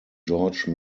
george